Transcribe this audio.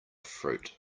fruit